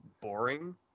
boring